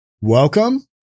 Welcome